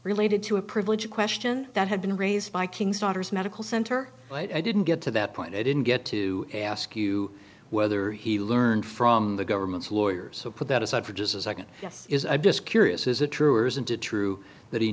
related to a privilege a question that had been raised by king's daughter's medical center but i didn't get to that point i didn't get to ask you whether he learned from the government's lawyers put that aside for just a nd yes is a disc juris is a true or isn't it true that he